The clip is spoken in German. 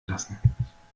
lassen